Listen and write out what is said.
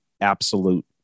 absolute